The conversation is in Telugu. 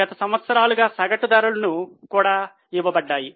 గత 5 సంవత్సరాలుగా సగటు ధరలు కూడా ఇవ్వబడ్డాయి